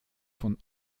von